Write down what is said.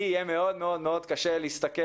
לי יהיה מאוד מאוד מאוד קשה להסתכל